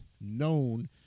known